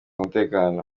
umutekano